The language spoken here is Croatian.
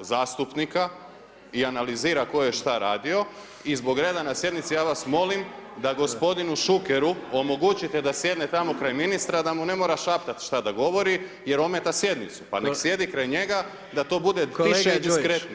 zastupnika tko je šta radio i zbog reda na sjednici, ja vas molim da gospodinu Šukeru omogućite da sjedne tamo kraj ministra da mu ne mora šaptati šta da govori jer ometa sjednicu pa nek sjedi kraj njega da to bude tiše i diskretnije